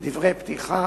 כן בתחילת המשפט,